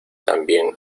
también